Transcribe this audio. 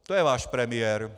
To je váš premiér.